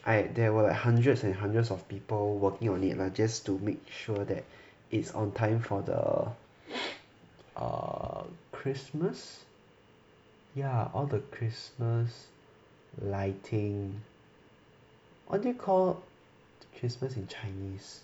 I there were like hundreds and hundreds of people working on it lah just to make sure that it's on time for the err christmas ya all the christmas lighting what do you call christmas in chinese